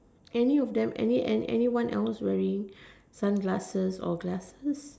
any of them any any anyone else wearing glasses or sunglasses